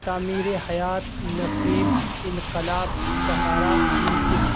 تعمیر حیات نقیب انقلاب سہارا منصف